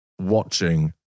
watching